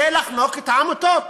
זה לחנוק את העמותות,